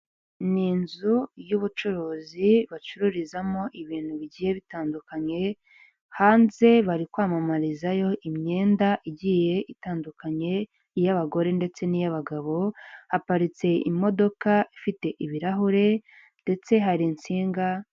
Ni inzu y'ubucuruzi bacururizamo ibintu bigiye bitandukanye, hanze bari kwamamarizayo imyenda igiye itandukanye, iy'abagore ndetse n'iy'abagabo, haparitse imodoka ifite ibirahure ndetse hari insinga.